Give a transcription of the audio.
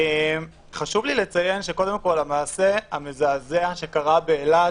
חשוב לי לציין קודם כול שהמעשה המזעזע שקרה באילת